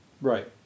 Right